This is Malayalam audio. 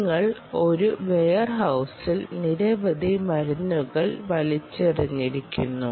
നിങ്ങൾ ഒരു വെയർഹൌസിൽ നിരവധി മരുന്നുകൾ വലിച്ചെറിയുന്നു